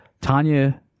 Tanya